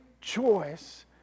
choice